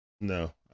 No